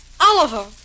Oliver